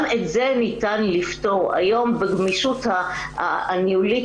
גם את זה ניתן לפתור היום בגמישות הניהולית